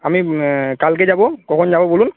আমি কালকে যাব কখন যাব বলুন